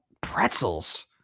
pretzels